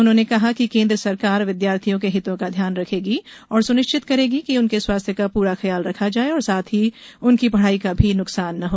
उन्होंने कहा कि केन्द्र सरकार विद्यार्थियों के हितों का ध्यान रखेगी और सुनिश्चित करेगी कि उनके स्वास्थ्य का पूरा ख्याल रखा जाए और साथ ही उनकी पढाई का भी नुकसान न हो